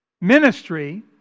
ministry